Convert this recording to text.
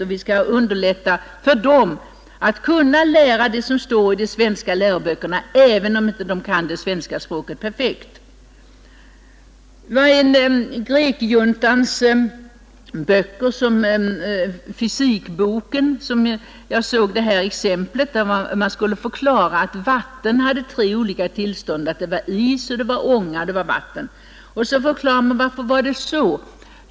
Vi måste underlätta för dem att lära det som står i de svenska läroböckerna, även om de inte kan det svenska språket perfekt. I en av grekjuntans böcker, fysikboken, såg jag hur man förklarade att vatten hade tre olika tillstånd: is, ånga och vatten. Men varför var det så?